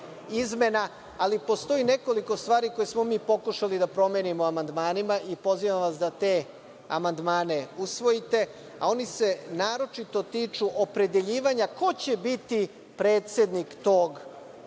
ali postoji nekoliko stvari koje smo mi pokušali da promenimo amandmanima i pozivamo vas da te amandmane usvojite. Oni se naročito tiču opredeljivanja ko će biti predsednik tog